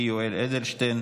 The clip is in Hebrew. הודעה למזכירות הכנסת.